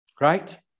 Right